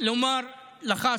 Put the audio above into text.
לומר לך,